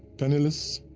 penniless,